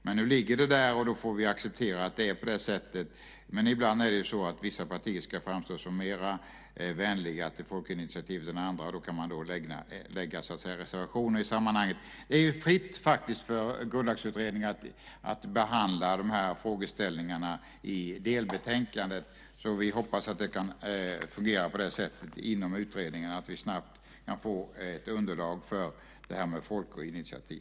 Men nu ligger det där, och då får vi acceptera att det är på det sättet. Ibland är det så att vissa partier vill framstå som mer vänliga till folkinitiativet än andra, och då kan man lägga reservationer. Det är ju faktiskt fritt för Grundlagsutredningen att behandla de här frågeställningarna i delbetänkandet. Vi hoppas att det kan fungera på det sättet inom utredningen så att vi snabbt kan få ett underlag för det här med folkinitiativ.